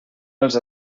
els